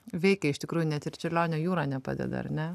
veikia iš tikrųjų net ir čiurlionio jūra nepadeda ar ne